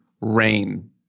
rain